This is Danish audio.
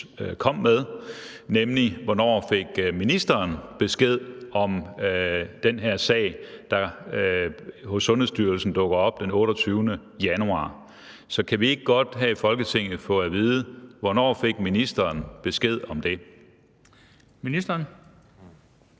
kom med, nemlig hvornår ministeren fik besked om den her sag, der hos Sundhedsstyrelsen dukker op den 28. januar. Så kan vi ikke godt her i Folketinget få at vide, hvornår ministeren fik besked om det?